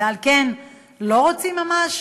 ועל כן לא רוצים ממש?